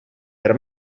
per